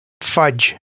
Fudge